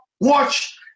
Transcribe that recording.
watch